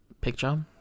picture